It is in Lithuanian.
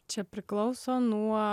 čia priklauso nuo